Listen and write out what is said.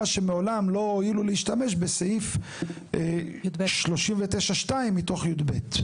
שמעולם לא הואילו להשתמש בסעיף 39(2) מתוך י"ב,